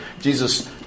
Jesus